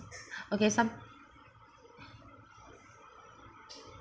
okay some